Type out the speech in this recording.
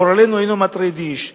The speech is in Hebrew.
גורלנו אינו מטריד איש.